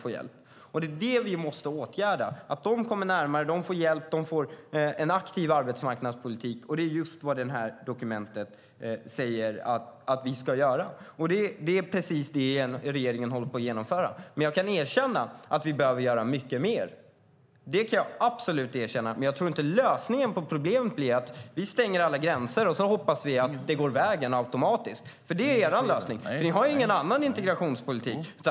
Vi måste se till att de arbetslösa får hjälp att komma närmare arbetsmarknaden genom en aktiv arbetsmarknadspolitik, och det är just vad detta dokument säger att vi ska göra. Det är precis detta regeringen håller på att genomföra. Jag kan erkänna att vi behöver göra mycket mer, men jag tror inte att lösningen på problemet är att stänga alla gränser och hoppas att det går vägen automatiskt. Det är er lösning. Ni har ingen annan integrationspolitik.